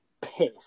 Piss